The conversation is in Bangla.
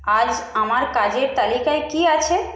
আজ আমার কাজের তালিকায় কী আছে